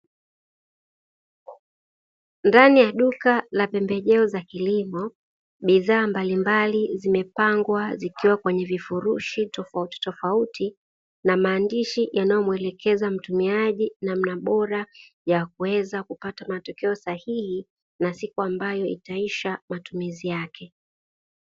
Bata wakiwa ndani ya uzio wa bwawa ulio tengenezwa kwa nyaya za chuma na maji yalio jaaa ili kuogelea na baadae kupelekwa sokoni kwenda kuuzwa